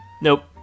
Nope